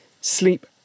sleep